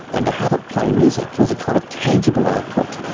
and to have it play music was a kind of tangible output.